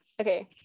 okay